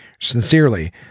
sincerely